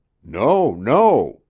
no, no,